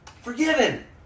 forgiven